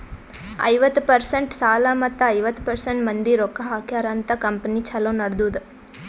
ಐವತ್ತ ಪರ್ಸೆಂಟ್ ಸಾಲ ಮತ್ತ ಐವತ್ತ ಪರ್ಸೆಂಟ್ ಮಂದಿ ರೊಕ್ಕಾ ಹಾಕ್ಯಾರ ಅಂತ್ ಕಂಪನಿ ಛಲೋ ನಡದ್ದುದ್